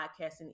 podcasting